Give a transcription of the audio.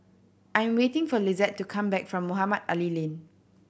I am waiting for Lizette to come back from Mohamed Ali Lane